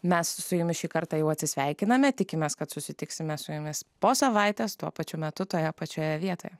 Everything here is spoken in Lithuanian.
mes su jumis šį kartą jau atsisveikiname tikimės kad susitiksime su jumis po savaitės tuo pačiu metu toje pačioje vietoje